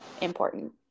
important